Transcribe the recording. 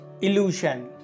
illusion